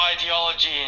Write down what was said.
ideology